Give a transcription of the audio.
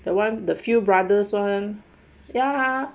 the one the few brothers [one] ya